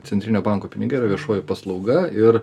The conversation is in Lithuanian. centrinio banko pinigai yra viešoji paslauga ir